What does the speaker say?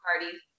parties